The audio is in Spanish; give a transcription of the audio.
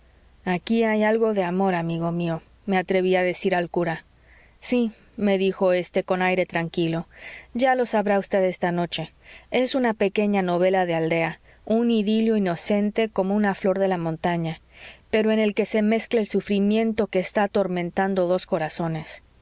aquí hay algo de amor amigo mío me atreví a decir al cura sí me dijo éste con aire tranquilo ya lo sabrá vd esta noche es una pequeña novela de aldea un idilio inocente como una flor de la montaña pero en el que se mezcla el sufrimiento que está atormentando dos corazones